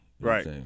Right